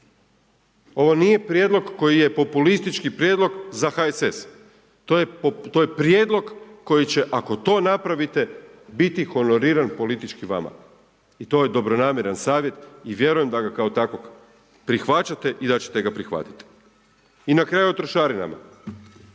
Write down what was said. Ovo nije prijedlog koji je populistički prijedlog za HSS. To je prijedlog koji će, ako to napravite, biti honoriran politički vama i to je dobronamjeran savjet i vjerujem da ga kao takvog prihvaćate i da ćete ga prihvatiti. I na kraju o trošarinama.